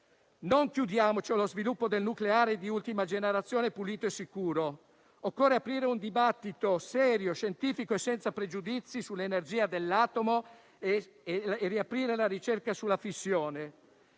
non chiudiamoci allo sviluppo del nucleare di ultima generazione pulito e sicuro. Occorre aprire un dibattito serio, scientifico e senza pregiudizi sull'energia dell'atomo e riaprire la ricerca sulla fissione.